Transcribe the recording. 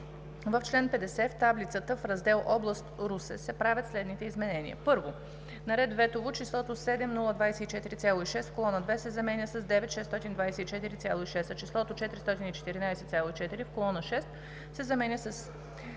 „В чл. 50 в таблицата, в раздел област Русе се правят следните изменения: 1. на ред Ветово числото „7 024,6“ в колона 2 се заменя с „9 624, 6“, а числото „414,4“ в колона 6 се заменя с